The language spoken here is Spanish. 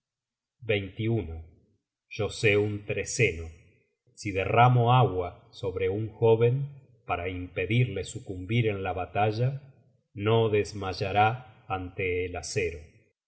yo sé un treceno si derramo agua sobre un jóven para impedirle sucumbir en la batalla no desmayará ante el acero